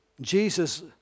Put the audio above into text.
Jesus